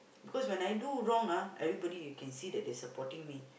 because when I do wrong ah everybody you can see that they supporting me